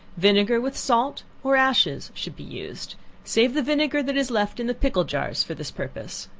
vinegar with salt or ashes should be used save the vinegar that is left in the pickle jars for this purpose.